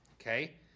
Okay